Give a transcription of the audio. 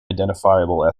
identifiable